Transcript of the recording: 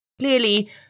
Clearly